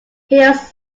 hills